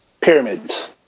Pyramids